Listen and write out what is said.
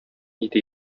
иде